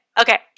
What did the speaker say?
Okay